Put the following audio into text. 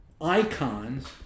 icons